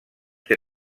que